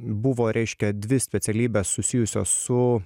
buvo reiškia dvi specialybės susijusios su